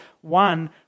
one